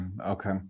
okay